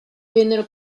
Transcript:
vennero